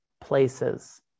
places